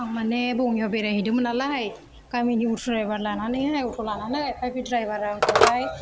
आं माने बङाइआव बेरायहैदोंमोन नालाय गामिनि अट' द्रायबार लानानैहाय अट' लानानै ओमफ्राय बे द्रायबारा आंखौहाय